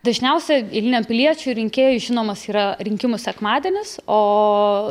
dažniausia eiliniam piliečiui rinkėjui žinomas yra rinkimų sekmadienis o